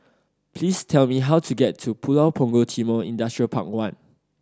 please tell me how to get to Pulau Punggol Timor Industrial Park One